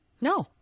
No